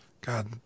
God